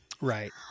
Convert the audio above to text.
right